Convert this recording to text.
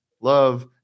love